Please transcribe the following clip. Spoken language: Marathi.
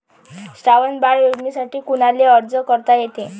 श्रावण बाळ योजनेसाठी कुनाले अर्ज करता येते?